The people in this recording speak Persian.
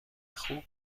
خوب